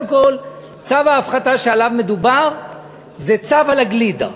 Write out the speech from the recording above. קודם כול, צו ההפחתה שעליו מדובר זה צו על הגלידה,